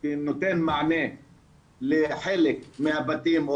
נותן מענה לחלק מהבתים,